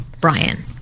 Brian